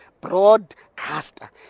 broadcaster